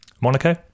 Monaco